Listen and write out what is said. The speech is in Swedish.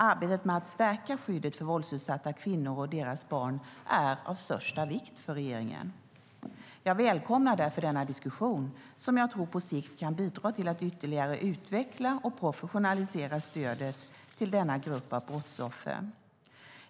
Arbetet med att stärka skyddet för våldsutsatta kvinnor och deras barn är av största vikt för regeringen. Jag välkomnar därför denna diskussion, som jag tror på sikt kan bidra till att ytterligare utveckla och professionalisera stödet till denna grupp av brottsoffer.